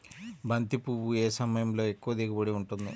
బంతి పువ్వు ఏ సమయంలో ఎక్కువ దిగుబడి ఉంటుంది?